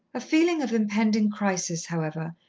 a feeling of impending crisis, however,